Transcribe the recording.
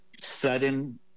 sudden